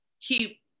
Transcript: keep